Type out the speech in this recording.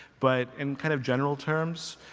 but in kind of general terms,